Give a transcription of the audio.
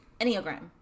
Enneagram